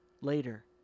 later